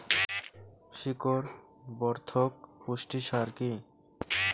শিকড় বর্ধক পুষ্টি সার কি?